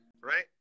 right